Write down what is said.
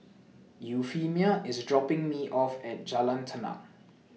Euphemia IS dropping Me off At Jalan Tenang